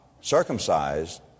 circumcised